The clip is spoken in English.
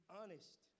honest